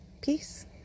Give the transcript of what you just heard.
Peace